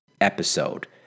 episode